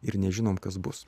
ir nežinome kas bus